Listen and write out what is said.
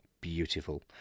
Beautiful